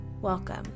Welcome